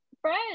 friends